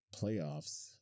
playoffs